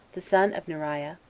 the son of neriah,